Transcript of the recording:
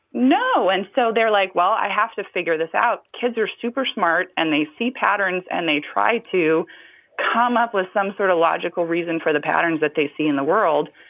and so they're like, well, i have to figure this out. kids are super smart, and they see patterns. and they try to come up with some sort of logical reason for the patterns that they see in the world.